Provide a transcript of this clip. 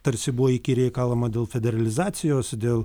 tarsi buvo įkyriai kalama dėl federalizacijos dėl